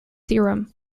theorem